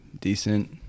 decent